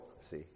see